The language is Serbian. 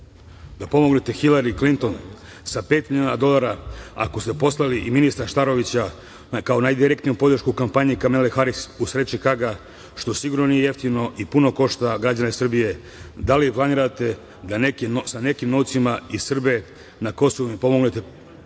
da pomognete Hilari Klinton sa pet miliona dolara, ako ste poslali i ministra Starovića kao najdirektniju podršku kampanji Kamale Haris u sred Čikaga, što sigurno nije jeftino i puno košta građane Srbije, da li planirate da sa nekim novcima i Srbe na Kosovu i Metohiji